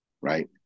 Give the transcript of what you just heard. right